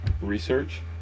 research